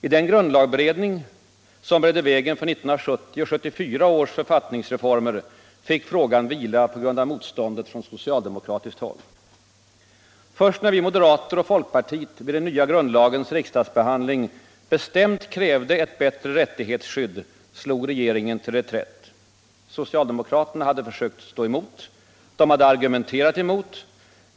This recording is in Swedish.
I den grundlagberedning som beredde vägen för 1970 och 1974 års författningsreformer fick frågan vila på grund av motståndet från socialdemokratiskt håll. Först när vi moderater och folkpartisterna vid den nya grundlagens riksdagsbehandling bestämt krävde ett bättre rättighetsskydd slog regeringen till reträtt. Socialdemokraterna hade försökt stå emot. De hade argumenterat emot.